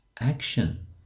action